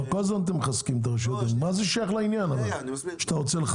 כל הזמן אתם מחזקים את הרשויות המקומיות.